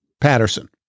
Patterson